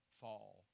fall